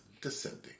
descending